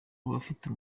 bafite